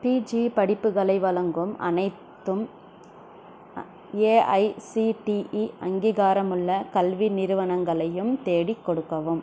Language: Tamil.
பிஜி படிப்புகளை வழங்கும் அனைத்தும் ஏஐசிடிஇ அங்கீகாரமுள்ள கல்வி நிறுவனங்களையும் தேடி கொடுக்கவும்